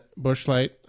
Bushlight